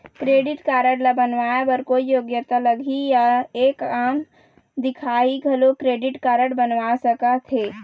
Credit card ला बनवाए बर कोई योग्यता लगही या एक आम दिखाही घलो क्रेडिट कारड बनवा सका थे?